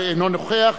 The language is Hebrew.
אינו נוכח.